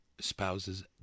spouses